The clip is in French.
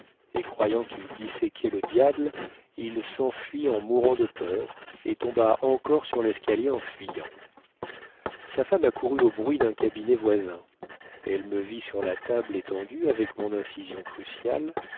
et croyant qu'il disséquait le diable il s'enfuit en mourant de peur et tomba encore sur l'escalier en fuyant sa femme accourut au bruit d'un cabinet voisin elle me vit sur la table étendu avec mon incision cruciale